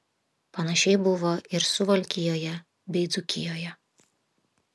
panašiai buvo ir suvalkijoje bei dzūkijoje